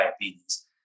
diabetes